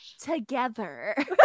together